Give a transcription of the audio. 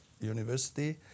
university